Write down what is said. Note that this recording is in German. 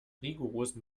rigorosen